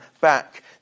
back